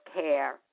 care